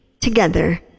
together